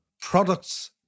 products